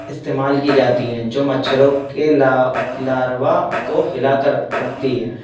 استعمال کی جاتی ہیں جو مچھروں کے لاروا کو ہلا کر رکھتی ہے